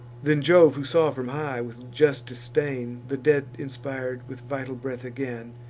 then jove, who saw from high, with just disdain, the dead inspir'd with vital breath again,